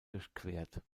durchquert